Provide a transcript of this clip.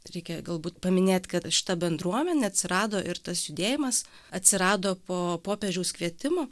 reikia galbūt paminėt kad šita bendruomenė atsirado ir tas judėjimas atsirado po popiežiaus kvietimų